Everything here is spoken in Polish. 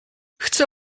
chce